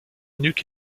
nuque